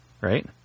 right